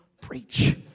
preach